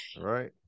right